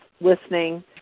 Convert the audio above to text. listening